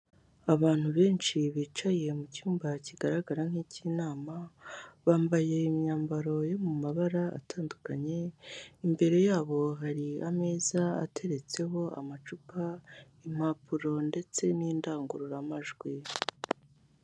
Abantu benshi bicaye mu cyumba kigaragara nk'icy'inama, bambaye imyambaro yo mu mabara atandukanye, imbere yabo hari ameza ateretseho amacupa, impapuro ndetse n'indangururamajwi.